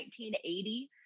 1980